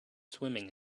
swimming